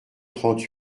trente